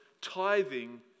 tithing